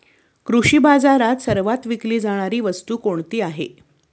कृषी बाजारात सर्वात विकली जाणारी वस्तू कोणती आहे?